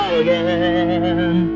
again